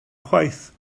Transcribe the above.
chwaith